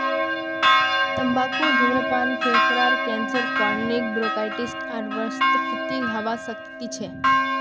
तंबाकू धूम्रपान से फेफड़ार कैंसर क्रोनिक ब्रोंकाइटिस आर वातस्फीति हवा सकती छे